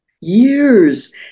years